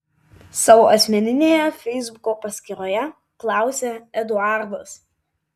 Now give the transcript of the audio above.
savo asmeninėje feisbuko paskyroje klausia eduardas